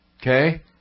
Okay